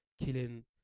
killing